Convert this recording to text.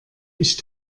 ich